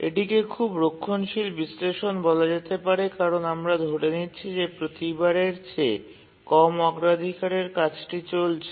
এটিকে খুব রক্ষণশীল বিশ্লেষণ বলা যেতে পারে কারণ আমরা ধরে নিচ্ছি যে প্রতিবারের চেয়ে কম অগ্রাধিকারের কাজটি চলছে